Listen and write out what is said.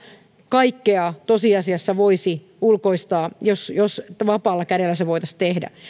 kaikkea tosiasiassa voisi ulkoistaa jos jos vapaalla kädellä se voitaisiin tehdä